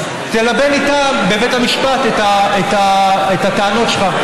תלבן איתם בבית המשפט את הטענות שלך.